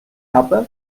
xapa